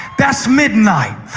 that's midnight.